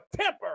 temper